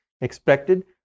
expected